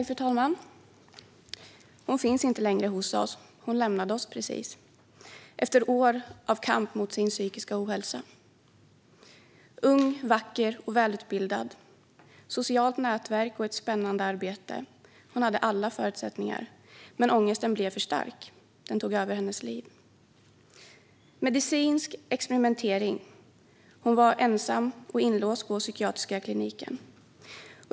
Fru talman! Hon finns inte längre hos oss. Hon lämnade oss precis efter år av kamp mot sin psykiska ohälsa. Hon var ung, vacker och välutbildad med ett socialt nätverk och ett spännande arbete. Hon hade alla förutsättningar. Men ångesten blev för stark; den tog över hennes liv. Det var medicinskt experimenterande. Hon var ensam och inlåst på psykiatriska kliniken.